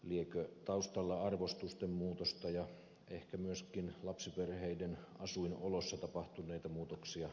liekö taustalla arvostusten muutosta ja ehkä myöskin lapsiperheiden asuinoloissa tapahtuneita muutoksia